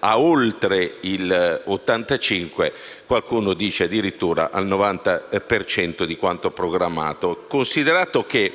ad oltre l'85 (qualcuno dice addirittura al 90) per cento di quanto programmato. Considerato che